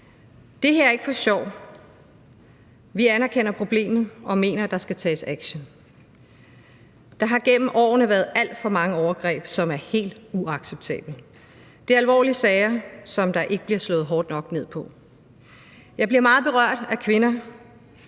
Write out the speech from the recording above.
Det her er ikke for sjov; vi anerkender problemet og mener, at der skal tages action. Der har gennem årene været alt for mange overgreb, som er helt uacceptable. Det er alvorlige sager, som der ikke bliver slået hårdt nok ned på. Jeg bliver meget berørt af kvinder,